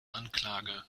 anklage